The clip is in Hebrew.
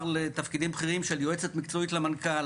לתפקידים בכירים של יועצת מקצועית למנכ"ל,